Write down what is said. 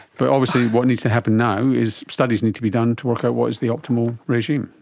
but obviously what needs to happen now is studies need to be done to work out what is the optimal regime.